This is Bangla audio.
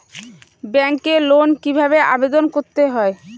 ব্যাংকে লোন কিভাবে আবেদন করতে হয়?